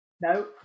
No